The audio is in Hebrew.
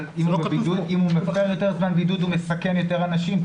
אם הוא מפר יותר זמן בידוד הוא מסכן יותר אנשים.